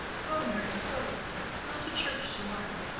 go, nurse, go with her. we'll to church to-morrow.